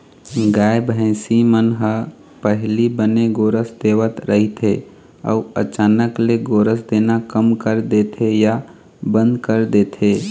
गाय, भइसी मन ह पहिली बने गोरस देवत रहिथे अउ अचानक ले गोरस देना कम कर देथे या बंद कर देथे